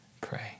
pray